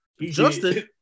Justin